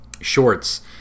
shorts